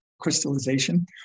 crystallization